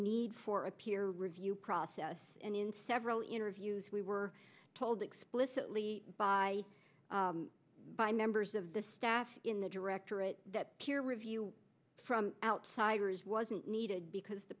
need for a peer review process and in several interviews we were told explicitly by by members of the staff in the directorate that peer review from outsiders wasn't needed because the